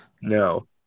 No